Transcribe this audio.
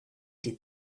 did